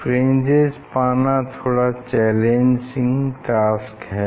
fringes पाना थोड़ा challenging task है